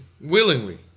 willingly